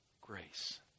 grace